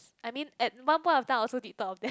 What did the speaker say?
I mean at one point of time I also did thought of that